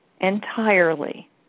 entirely